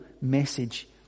message